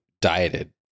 dieted